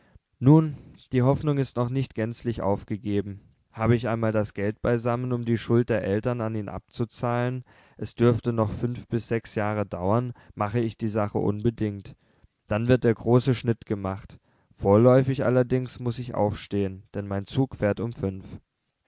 nun die hoffnung ist noch nicht gänzlich aufgegeben habe ich einmal das geld beisammen um die schuld der eltern an ihn abzuzahlen es dürfte noch fünf bis sechs jahre dauern mache ich die sache unbedingt dann wird der große schnitt gemacht vorläufig allerdings muß ich aufstehen denn mein zug fährt um fünf